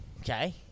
Okay